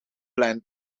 blend